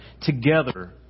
together